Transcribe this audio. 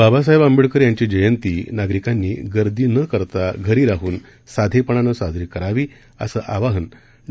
बाबासाहेब आंबेडकर यांची जयंती नागरिकांनी गर्दी न करता घरी राहून साधेपणाने साजरी करावी असं आवाहन डॉ